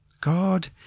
God